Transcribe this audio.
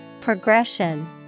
Progression